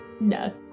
No